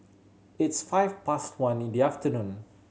its five past one in the afternoon